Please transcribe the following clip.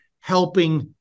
helping